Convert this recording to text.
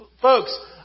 Folks